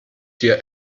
dir